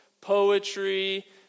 poetry